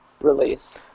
release